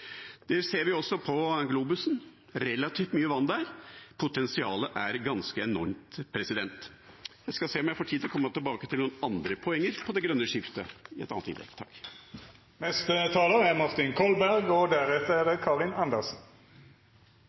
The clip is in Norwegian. Det ser vi også på globusen – relativt mye vann der – potensialet er ganske enormt. Jeg skal se om jeg får tid til å komme tilbake til noen andre poenger på det grønne skiftet, i et annet innlegg. Jeg slutter meg helt og fullt til det som er